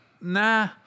nah